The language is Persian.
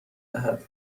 دهد